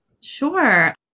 Sure